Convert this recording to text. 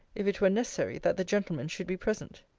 if it were necessary, that the gentleman should be present?